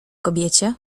kobiecie